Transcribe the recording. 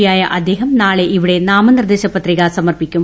പിയായ അദ്ദേഹം നാളെ ഇവിടെ നാമനിർദ്ദേശ പത്രിക സമർപ്പിക്കും